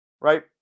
Right